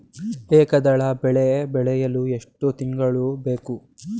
ಏಕದಳ ಬೆಳೆ ಬೆಳೆಯಲು ಎಷ್ಟು ತಿಂಗಳು ಬೇಕು?